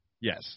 Yes